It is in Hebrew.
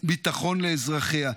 ביטחון לאזרחיה.